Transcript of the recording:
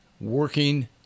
working